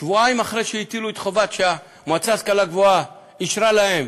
שבועיים אחרי שהמועצה להשכלה גבוהה אישרה להם